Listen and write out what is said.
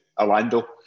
Orlando